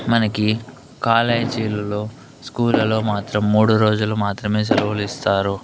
మనకి కాలేజీలలో స్కూళ్లలో మాత్రం మూడు రోజులు మాత్రమే సెలవులు ఇస్తారు